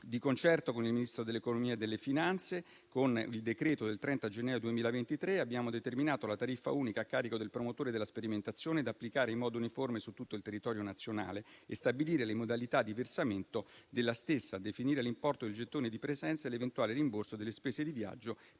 Di concerto con il Ministro dell'economia e delle finanze, con il decreto del 30 gennaio 2023, abbiamo determinato la tariffa unica a carico del promotore della sperimentazione, da applicare in modo uniforme su tutto il territorio nazionale, stabilito le modalità di versamento della stessa e definito l'importo del gettone di presenza e l'eventuale rimborso delle spese di viaggio